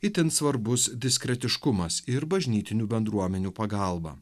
itin svarbus diskretiškumas ir bažnytinių bendruomenių pagalba